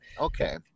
Okay